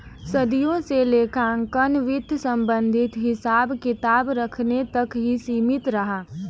सदियों से लेखांकन वित्त संबंधित हिसाब किताब रखने तक ही सीमित रहा